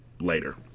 later